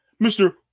Mr